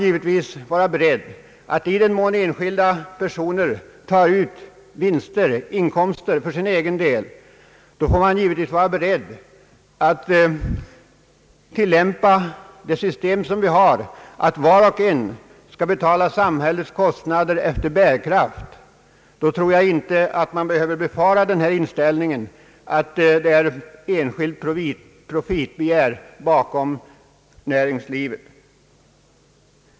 I den mån enskilda personer tar ut inkomster och vinst för egen del, får man givetvis vara beredd att tillämpa det system vi har och som innebär att var och en skall betala samhällets kostnader efter bärkraft. Då tror jag inte man behöver befara den inställningen, att det är enskilt profitbegär bakom näringslivet.